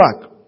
back